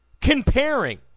comparing